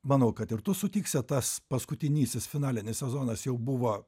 manau kad ir tu sutiksi tas paskutinysis finalinis sezonas jau buvo